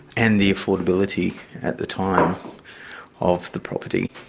and the affordability at the time of the property.